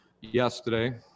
yesterday